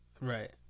Right